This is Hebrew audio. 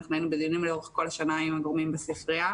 אנחנו היינו בדיונים לאורך כל השנה עם הגורמים בספרייה,